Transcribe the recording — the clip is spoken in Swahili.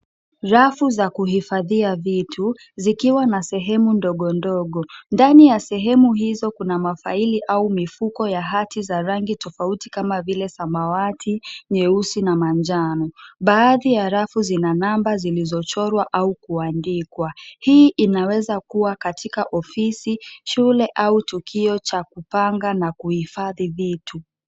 Rafu za kuhifadhia vitu, zikiwa na sehemu ndogo ndogo. Ndani ya sehemu hizo kuna mafaili au mifuko ya hati za rangi tofauti kama vile; samawati, nyeusi na manjano. Baadhi ya rafu zina namba zilizochorwa au kuandikwa. Hii inaweza kuwa katika ofisi, shule au tukio cha kupanga na kuhifadhi vitu.